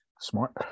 smart